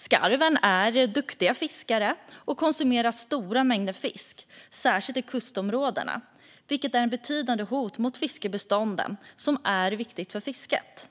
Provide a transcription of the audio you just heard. Skarvar är duktiga fiskare och konsumerar stora mängder fisk, särskilt i kustområdena, vilket utgör ett betydande hot mot fiskbestånd som är viktiga för fisket.